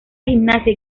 gimnasia